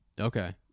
Okay